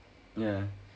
ya